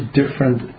different